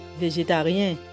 végétarien